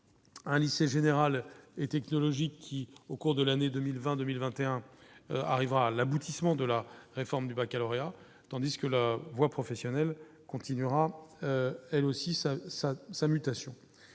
un lycée général et technologique qui, au cours de l'année 2020, 2021 arrivera l'aboutissement de la réforme du Baccalauréat, tandis que la voie professionnelle continuera, elle aussi, ça ça sa mutation,